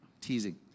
Teasing